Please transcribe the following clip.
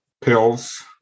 pills